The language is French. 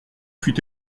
fut